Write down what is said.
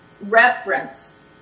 reference